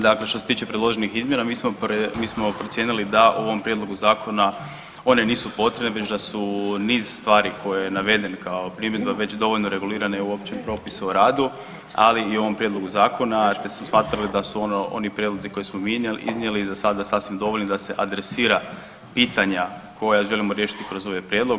Dakle, što se tiče predloženih izmjena mi smo procijenili da u ovom prijedlogu zakona one nisu potrebne već da su niz stvari koje je naveden kao primjedba već dovoljno regulirani u općem propisu o radu, ali i u ovom prijedlogu zakona te su smatrali da su oni prijedlozi koje smo mi iznijeli za sada dovoljni da se adresira pitanja koja želimo riješiti kroz ove prijedlog.